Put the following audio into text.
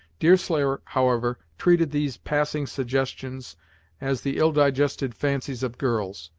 deerslayer, however, treated these passing suggestions as the ill-digested fancies of girls,